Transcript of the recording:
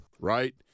right